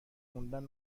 خوندن